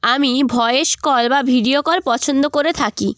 আমি voice call বা video call পছন্দ করে থাকি